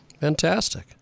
Fantastic